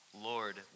Lord